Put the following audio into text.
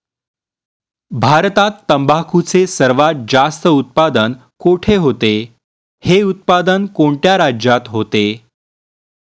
भारतात तंबाखूचे सर्वात जास्त उत्पादन कोठे होते? हे उत्पादन कोणत्या राज्यात होते?